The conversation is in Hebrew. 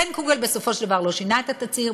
חן קוגל בסופו של דבר לא שינה את התצהיר.